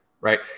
right